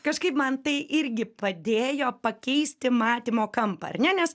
kažkaip man tai irgi padėjo pakeisti matymo kampą ar ne nes